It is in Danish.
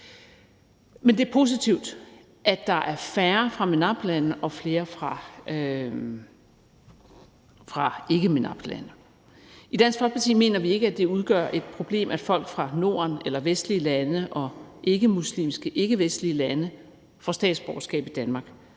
Men det er positivt, at der er færre fra MENAPT-lande og flere fra lande, der ikke er MENAPT-lande. I Dansk Folkeparti mener vi ikke, at det udgør et problem, at folk fra Norden eller vestlige lande og ikkemuslimske ikkevestlige lande får statsborgerskab i Danmark,